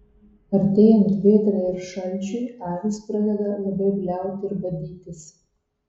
artėjant vėtrai ir šalčiui avys pradeda labai bliauti ir badytis